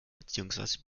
beziehungsweise